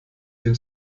dem